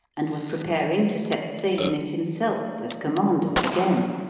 and was preparing to set sail in it himself, as commander again.